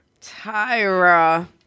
Tyra